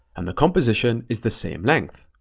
and the composition is the same length.